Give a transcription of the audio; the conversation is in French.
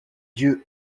dieu